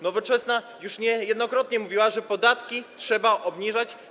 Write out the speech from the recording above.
Nowoczesna już niejednokrotnie mówiła, że podatki trzeba obniżać.